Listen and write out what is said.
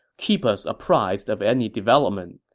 keep us apprised of any development.